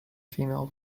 female